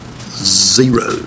zero